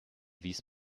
vice